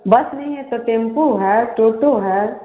बस भी है तो टेमपु है टोटो है